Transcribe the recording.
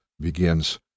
begins